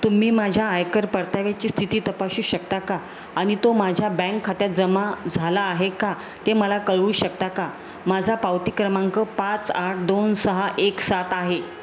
तुम्ही माझ्या आयकर परताव्याची स्थिती तपासू शकता का आणि तो माझ्या बँक खात्यात जमा झाला आहे का ते मला कळवू शकता का माझा पावती क्रमांक पाच आठ दोन सहा एक सात आहे